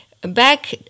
back